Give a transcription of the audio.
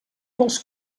dels